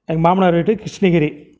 எங்கள் மாமனார் வீடு கிருஷ்ணகிரி